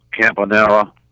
Campanella